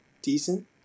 Decent